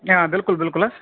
آ بِلکُل بِلکُل حظ